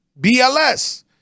BLS